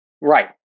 Right